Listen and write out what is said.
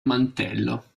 mantello